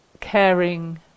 caring